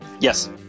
Yes